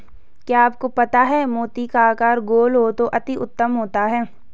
क्या आपको पता है मोती का आकार गोल हो तो अति उत्तम होता है